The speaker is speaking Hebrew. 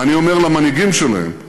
ואני אומר למנהיגים שלהם: